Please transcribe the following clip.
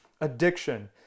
addiction